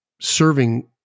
serving